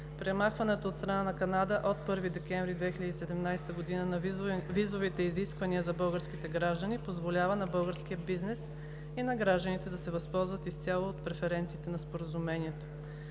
Премахването от страна на Канада от 1 декември 2017 г. на визовите изисквания за българските граждани позволява на българския бизнес и на гражданите да се възползват изцяло от преференциите на Споразумението.